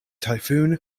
typhoon